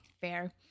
fair